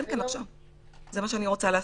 זה מה שאני רוצה לעשות.